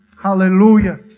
Hallelujah